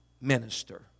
minister